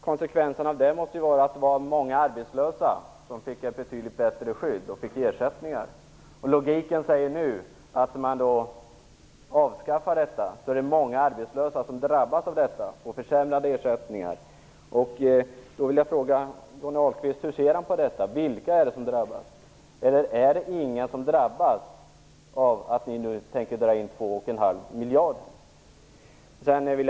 Konsekvenserna av det måste vara att många arbetslösa fick ett betydligt bättre skydd och ersättning. Logiken säger nu att om man avskaffar detta är det många arbetslösa som drabbas och får försämrade ersättningar. Jag vill fråga Johnny Ahlqvist hur han ser på detta. Vilka är det som drabbas? Är det ingen som drabbas av att ni nu tänker dra in 2,5 miljarder?